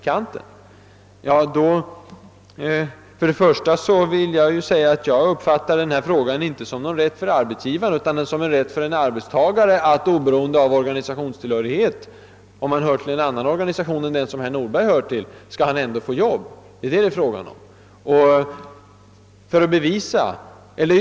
Jag uppfattar inte den aktuella frågan som en rätt för arbetsgivaren, utan som en rätt för en arbetstagare att oberoende av organisationstillhörighet — oberoende av om han tillhör en annan organisation än herr Nordberg — kunna få arbete. Det är det saken gäller.